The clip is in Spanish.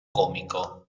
cómico